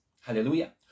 Hallelujah